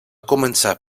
començar